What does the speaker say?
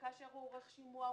איתכם סיפור.